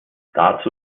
dazu